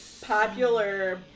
popular